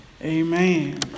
Amen